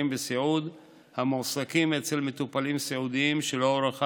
בסיעוד המועסקים אצל מטופלים סיעודיים שלא הוארכה